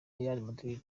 real